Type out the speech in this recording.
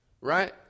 Right